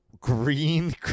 green